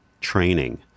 training